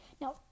Now